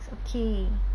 it's okay